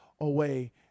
away